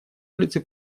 улицы